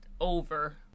over